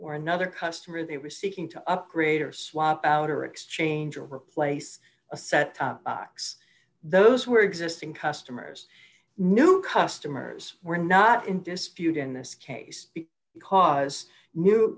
or another customer they were seeking to upgrade or swap out or exchange or replace a set top box those were existing customers new customers were not in dispute in this case because new